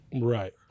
Right